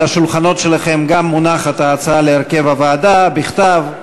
על השולחנות שלכם גם מונחת ההצעה להרכב הוועדה בכתב,